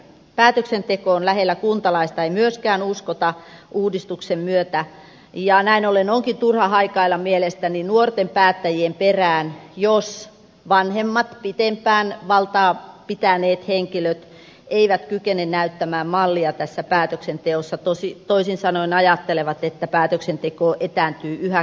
päätöksentekoon lähellä kuntalaista ei myöskään uudistuksen myötä uskota ja näin ollen onkin mielestäni turha haikailla nuorten päättäjien perään jos vanhemmat pitempään valtaa pitäneet henkilöt eivät kykene näyttämään mallia tässä päätöksenteossa toisin sanoen ajattelevat että päätöksenteko etääntyy yhä kauemmas